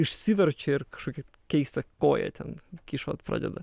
išsiverčia ir kažkokį keista koja ten kyšot pradeda